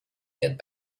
get